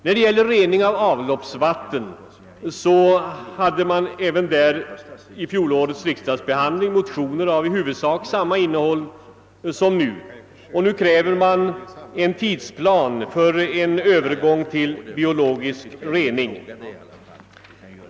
även beträffande rening av avloppsvatten förelåg vid fjolårets riksdagsbehandling motioner av i huvudsak samma innehåll som de nu avlämnade och vari det krävs en tidsplan för övergång till biologisk rening.